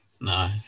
no